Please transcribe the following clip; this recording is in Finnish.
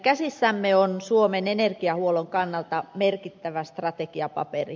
käsissämme on suomen energiahuollon kannalta merkittävä strategiapaperi